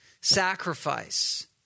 sacrifice